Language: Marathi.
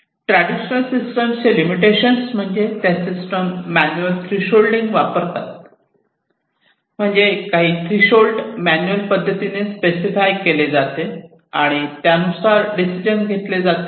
ट्रॅडिशनल सिस्टम चे लिमिटेशन्स म्हणजे त्या सिस्टम मॅन्युअल थ्रेशोल्डिंग वापरतात म्हणजे काही थ्रेशोल्ड मॅन्युअल पद्धतीने स्पेसिफाय केले जाते आणि त्यानुसार डिसिजन घेतले जातात